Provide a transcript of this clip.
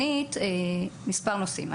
שנית, מספר נושאים.